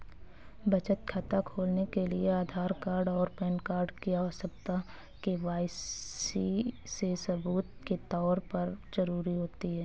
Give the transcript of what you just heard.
बचत खाता खोलने के लिए आधार कार्ड और पैन कार्ड की आवश्यकता के.वाई.सी के सबूत के तौर पर ज़रूरी होती है